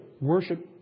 worship